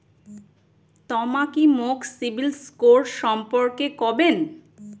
তমা কি মোক সিবিল স্কোর সম্পর্কে কবেন?